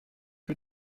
que